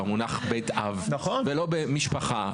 במונח 'בית אב' ולא במשפחה?